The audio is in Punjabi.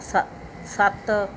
ਸ ਸੱਤ